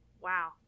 wow